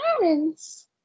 parents